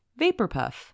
Vaporpuff